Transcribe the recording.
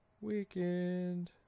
weekend